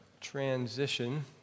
transition